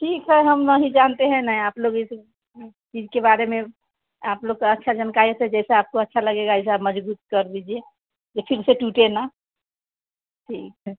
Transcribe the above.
ठीक है हम नहीं जानते हैं ना आप लोग इस इसके बारे में आप लोग का अच्छा जानकारी ऐसे जैसे आपको अच्छा लगेगा ऐसा मज़बूत कर दीजिए यह फिर से टूटे न ठीक है